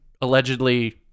allegedly